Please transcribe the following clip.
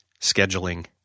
scheduling